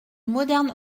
modern